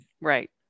right